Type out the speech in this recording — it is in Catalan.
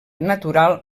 natural